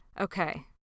Okay